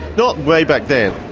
not way back then.